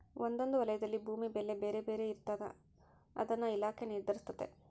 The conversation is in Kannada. ಒಂದೊಂದು ವಲಯದಲ್ಲಿ ಭೂಮಿ ಬೆಲೆ ಬೇರೆ ಬೇರೆ ಇರ್ತಾದ ಅದನ್ನ ಇಲಾಖೆ ನಿರ್ಧರಿಸ್ತತೆ